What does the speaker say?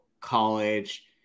college